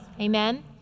Amen